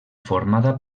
formada